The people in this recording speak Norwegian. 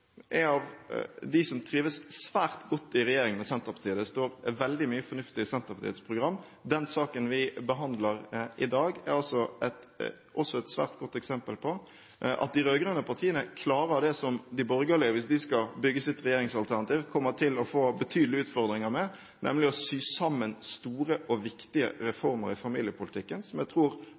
er av dem som trives svært godt i regjering med Senterpartiet. Det står veldig mye fornuftig i Senterpartiets program. Den saken vi behandler i dag, er også et svært godt eksempel på at de rød-grønne partiene klarer det som de borgerlige kommer til å få betydelige utfordringer med hvis de skal bygge sitt regjeringsalternativ, nemlig å sy sammen store og viktige reformer i familiepolitikken, noe som jeg tror